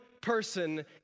person